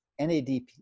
NADP